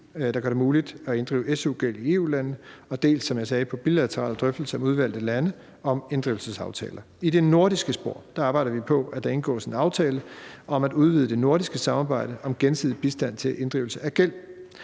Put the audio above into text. der gør det muligt at inddrive su-gæld i EU-lande, dels, som jeg sagde, på bilaterale drøftelser med udvalgte lande om inddrivelsesaftaler. I det nordiske spor arbejder vi på, at der indgås en aftale om at udvide det nordiske samarbejde om gensidig bistand til inddrivelse af gæld.